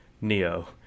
Neo